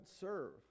serve